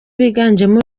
biganjemo